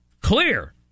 clear